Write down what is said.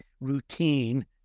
routine